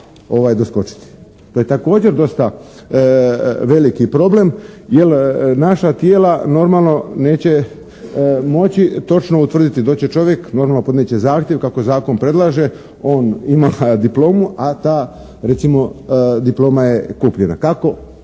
To je također dosta veliki problem jel naša tijela normalno neće moći točno utvrditi. Doći će čovjek, normalno podnijet će zahtjev kako zakon predlaže, on ima diplomu, a ta recimo diploma je kupljena. Kako